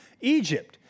Egypt